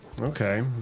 Okay